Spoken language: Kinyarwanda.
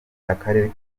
akarere